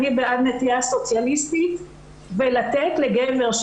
אני בנטייה סוציאליסטית של לתת לגבר,